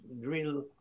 drill